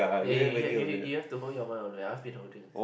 eh you h~ you h~ you have to hold your mic on don't ask me to hold things